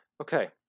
Okay